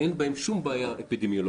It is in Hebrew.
אין בזה שום בעיה אפידמיולוגית.